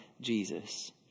Jesus